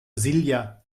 silja